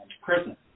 prison